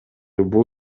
бул